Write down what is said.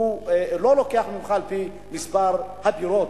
הוא לא לוקח ממך על-פי מספר הדירות.